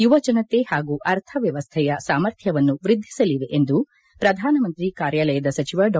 ಯುವಜನತೆ ಪಾಗೂ ಅರ್ಥವ್ಯವಸ್ಥೆಯ ಸಾಮರ್ಥ್ಯವನ್ನು ವೃದ್ಧಿಸಲಿವೆ ಎಂದು ಪ್ರಧಾನಮಂತ್ರಿ ಕಾರ್ಯಾಲಯದ ಸಚಿವ ಡಾ